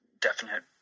definite